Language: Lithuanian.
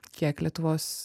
kiek lietuvos